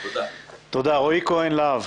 תודה רבה.